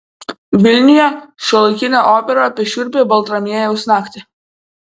vilniuje šiuolaikinė opera apie šiurpią baltramiejaus naktį